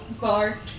bar